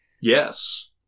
Yes